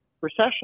recession